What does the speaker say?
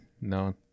No